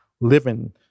living